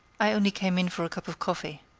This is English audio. i only came in for a cup of coffee.